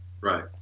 Right